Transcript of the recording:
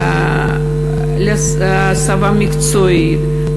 להסבה מקצועית.